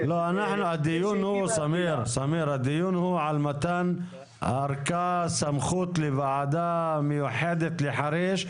הדיון הוא על מתן ארכה לסמכות לוועדה מיוחדת לחריש,